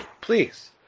please